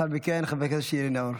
לאחר מכן חבר הכנסת שירי נאור.